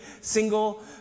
single